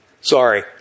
Sorry